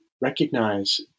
recognize